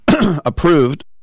approved